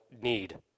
need